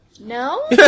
No